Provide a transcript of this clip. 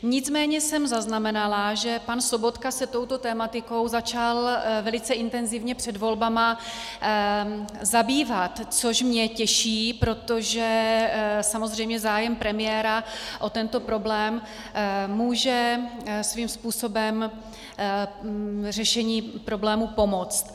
Nicméně jsem zaznamenala, že pan Sobotka se touto tematikou začal velice intenzivně před volbami zabývat, což mě těší, protože samozřejmě zájem premiéra o tento problém může svým způsobem řešení problému pomoct.